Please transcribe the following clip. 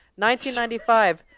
1995